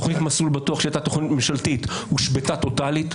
תוכנית "מסלול בטוח" שהיא תוכנית ממשלתית הושבתה טוטלית.